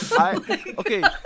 Okay